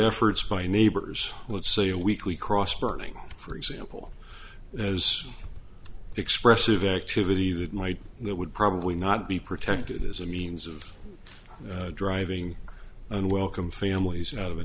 efforts by neighbors let's say a weekly cross burning for example as expressive activity that might would probably not be protected as a means of driving unwelcome families out of a